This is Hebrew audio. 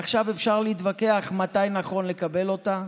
עכשיו, אפשר להתווכח מתי נכון לקבל אותה.